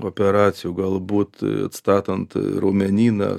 operacijų galbūt atstatant raumenyną